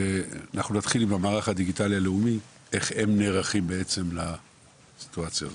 אנחנו נתחיל עם מערך הדיגיטלי הלאומי איך הם נערכים לסיטואציה הזו,